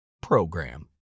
program